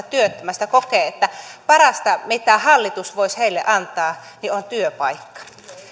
työttömästä kokee että parasta mitä hallitus voisi heille antaa on työpaikka